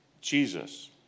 Jesus